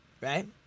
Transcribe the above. Right